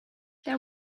there